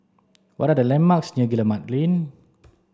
what are the landmarks near Guillemard Lane